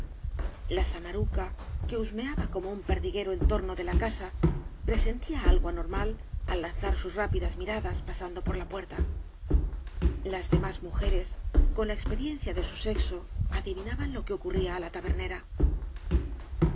la samaruca que husmeaba como un perdiguero en torno de la casa presentía algo anormal ai lanzar sus rápidas miradas pasando por la puerta las demás mujeres con la expe v blasoo ibáñbz rienda de su sexo adivicaban lo que ocurría á la tabernera uü